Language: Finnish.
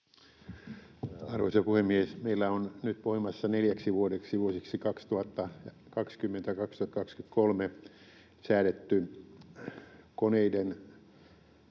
Arvoisa puhemies! Meillä on nyt voimassa neljäksi vuodeksi, vuosiksi 2020—2023, säädetty koneiden